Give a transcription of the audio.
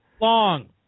Long